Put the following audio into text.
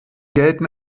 gelten